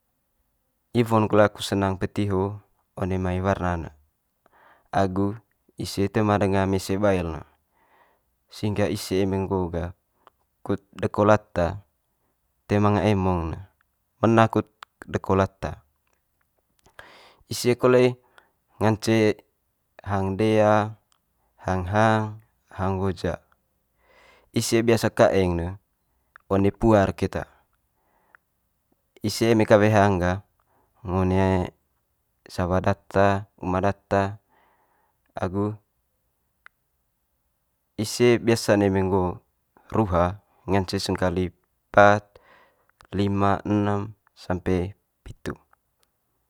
Iwo'n kole aku senang peti ho one mai warna'n ne agu ise toe ma danga mese bail ne, sehingga ise eme nggo gah kut deko lata toe manga emong ne mena kut deko lata. Ise kole ngance hang dea, hang hang, hang woja. Ise biasa kaeng ne one puar keta, ise eme kawe hang gah ngo one sawa data, uma data, agu ise biasa'n eme nggo ruha ngance sengkali pat, lima, enem sampe pitu.